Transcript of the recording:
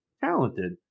talented